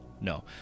No